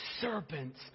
serpents